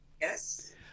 Yes